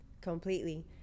Completely